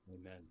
Amen